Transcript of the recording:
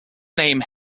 name